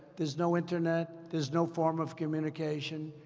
there's no internet. there's no form of communication.